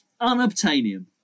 unobtainium